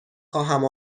خواهم